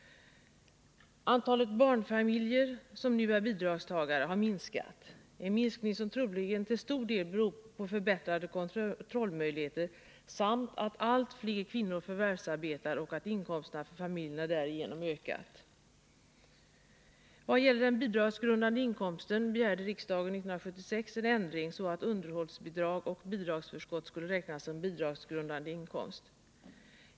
Antalet barnfamiljer som nu är bidragstagare har minskat, en minskning som troligen till stor del beror på förbättrade kontrollmöjligheter samt på att allt fler kvinnor förvärvsarbetar och att inkomsterna för familjerna därigenom ökat. I vad gäller den bidragsgrundande inkomsten begärde riksdagen 1976 en ändring, så att underhållsbidrag och bidragsförskott skulle räknas som bidragsgrundande inkomst.